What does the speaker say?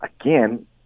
again